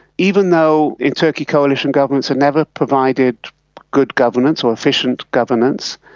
even though in turkey coalition governments have never provided good governance or efficient governance.